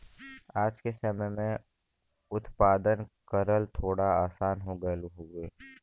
आज के समय में उत्पादन करल थोड़ा आसान हो गयल हउवे